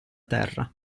terra